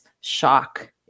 shock